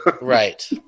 Right